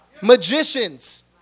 magicians